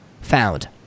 found